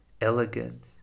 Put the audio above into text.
elegant